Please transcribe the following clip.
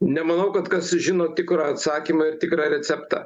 nemanau kad kas žino tikrą atsakymą ir tikrą receptą